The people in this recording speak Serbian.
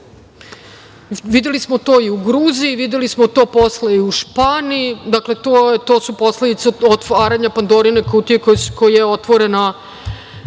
videli i u Gruziji, videli smo posle to i u Španiji i to su posledice otvaranja Pandorine kutije koja je otvorena